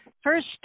first